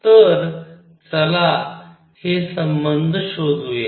तर चला हे संबंध शोधूया